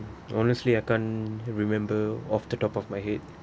honestly I can't remember of the top of my head